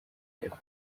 eva